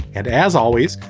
and as always,